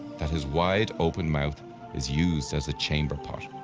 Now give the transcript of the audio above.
that his wide-open mouth is used as a chamber pot.